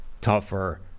tougher